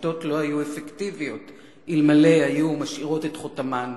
שביתות לא היו אפקטיביות אלמלא השאירו את חותמן,